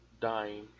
dying –